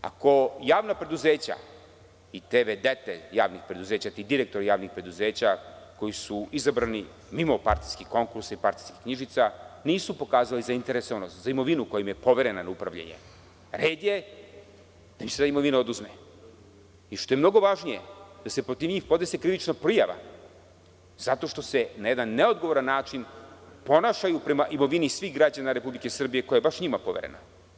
Ako javna preduzeća i ti v.d. direktori javnih preduzeća koji su izabrani mimo partijskih konkursa i partijskih knjižica nisu pokazali zainteresovanost za imovinu koja im je poverena na upravljanje, red je da im se ta imovina oduzme i što je mnogo važnije da se protiv njih podnese krivična prijava zato što se na jedan neodgovoran način ponašaju prema imovini građana Republike Srbije koja je njima baš poverena.